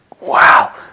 wow